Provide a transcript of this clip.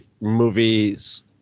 movies